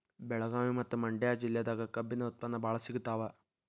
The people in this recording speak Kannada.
ಬೆಳಗಾವಿ ಮತ್ತ ಮಂಡ್ಯಾ ಜಿಲ್ಲೆದಾಗ ಕಬ್ಬಿನ ಉತ್ಪನ್ನ ಬಾಳ ಸಿಗತಾವ